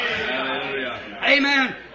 Amen